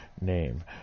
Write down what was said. name